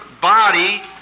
body